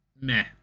meh